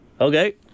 Okay